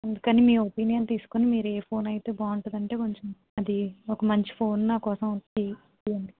అందుకని మీ ఒపీనియన్ తీసుకుని మీరు ఏ ఫోన్ అయితే బాగుంటుంది అంటే కొంచెం అది ఒక మంచి ఫోన్ నా కోసం ఒకటి తీయండి